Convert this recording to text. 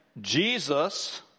Jesus